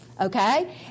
Okay